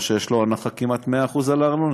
או שיש לו הנחה שך כמעט 100% על ארנונה.